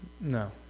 No